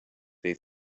they